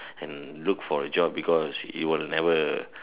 and look for a job because it will never